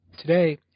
Today